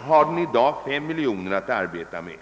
har den i dag 5 miljoner att arbeta med.